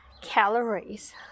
calories